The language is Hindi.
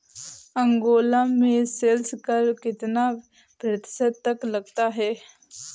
अंगोला में सेल्स कर कितना प्रतिशत तक लगता है?